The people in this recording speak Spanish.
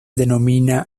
denomina